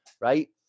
right